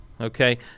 Okay